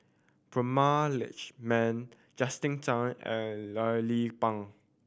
Prema Letchumanan Justin Zhuang and Loh Lik Peng